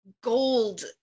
gold